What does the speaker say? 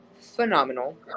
phenomenal